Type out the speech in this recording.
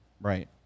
Right